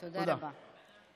תודה רבה.